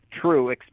true